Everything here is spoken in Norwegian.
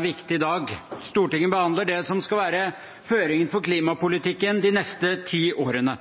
viktig dag. Stortinget behandler det som skal være føringen for klimapolitikken de neste ti årene.